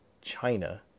China